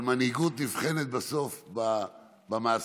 אבל מנהיגות נבחנת בסוף במעשים,